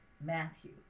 Matthew